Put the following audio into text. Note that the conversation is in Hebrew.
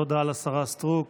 תודה לשרה סטרוק.